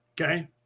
Okay